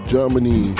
Germany